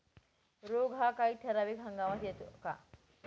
रोग हा काही ठराविक हंगामात येतो का?